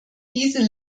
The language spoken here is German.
diese